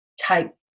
type